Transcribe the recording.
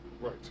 right